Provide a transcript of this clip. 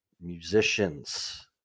musicians